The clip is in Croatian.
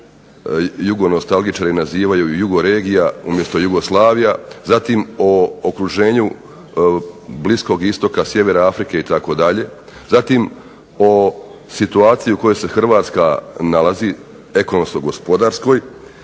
jugonostalgičari nazivaju jugo regija umjesto Jugoslavija. Zatim o okruženju Bliskog istoka, sjevera Afrike itd. Zatim o situaciji u kojoj se Hrvatska nalazi, ekonomsko-gospodarskoj